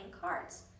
cards